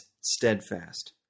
steadfast